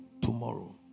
tomorrow